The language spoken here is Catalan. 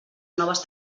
noves